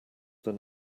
than